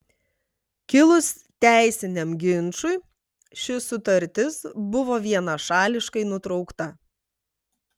kilus teisiniam ginčui ši sutartis buvo vienašališkai nutraukta